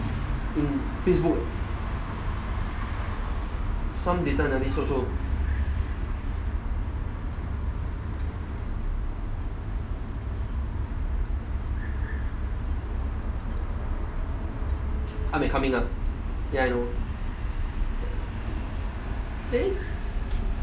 um Facebook leh some data analyst also up and coming ah ya I know eh